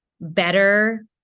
better